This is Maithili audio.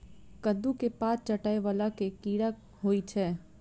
कद्दू केँ पात चाटय वला केँ कीड़ा होइ छै?